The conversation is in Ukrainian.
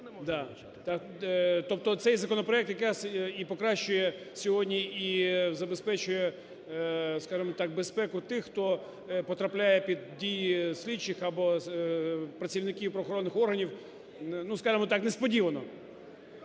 Тобто, цей законопроект якраз і покращує сьогодні і забезпечує, скажемо так, безпеку тих, хто потрапляє під дії слідчих, або працівників правоохоронних органів, скажемо так, несподівано.